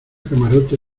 camarote